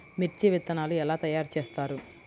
మిర్చి విత్తనాలు ఎలా తయారు చేస్తారు?